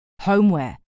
homeware